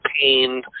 pain